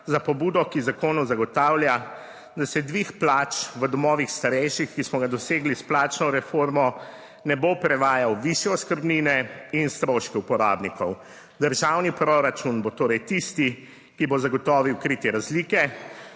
za pobudo, ki z zakonom zagotavlja da se dvig plač v domovih starejših, ki smo ga dosegli s plačno reformo, ne bo prevajal v višje oskrbnine in stroške uporabnikov. Državni proračun bo torej tisti, ki bo zagotovil kritje razlike,